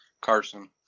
Carson